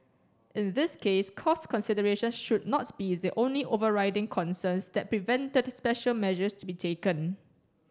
in this case cost considerations should not be the only overriding concerns that prevented special measures to be taken